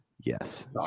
Yes